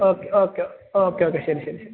okay okay okay okay ശെരി ശെരി ശെരി